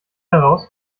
heraus